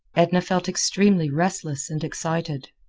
edna felt extremely restless and excited.